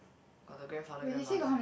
or the grandfather grandmother